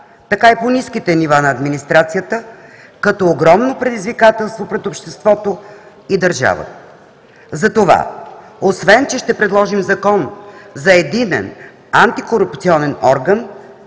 така и по ниските нива на администрацията като огромно предизвикателство пред обществото и държавата. Затова, освен че ще предложим Закон за единен антикорупционен орган,